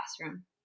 classroom